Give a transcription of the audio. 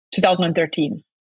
2013